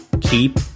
keep